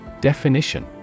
Definition